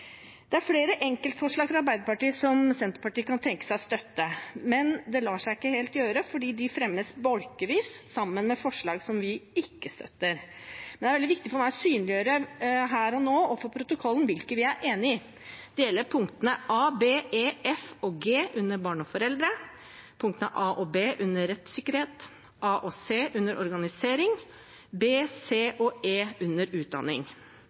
Det er flere enkeltforslag fra Arbeiderpartiet som Senterpartiet kan tenke seg å støtte, men det lar seg ikke helt gjøre, fordi de fremmes bolkevis sammen med forslag vi ikke støtter. Men det er veldig viktig for meg å synliggjøre her og nå og for protokollen hvilke vi er enig i. Det gjelder punktene a, b, e, f og g under «Barn og foreldre», punktene a og b under «Rettssikkerhet», a og c under «Organisering» og b, c og e under